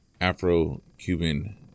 Afro-Cuban